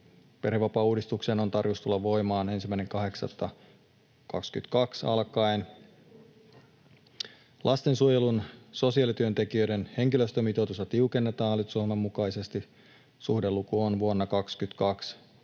Perhevapaauudistuksen on tarkoitus tulla voimaan 1.8.22 alkaen. Lastensuojelun sosiaalityöntekijöiden henkilöstömitoitusta tiukennetaan hallitusohjelman mukaisesti. Suhdeluku vuonna 22